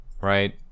right